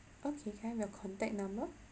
okay can I have your contact number